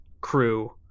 crew